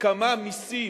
כמה מסים